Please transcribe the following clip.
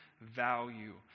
value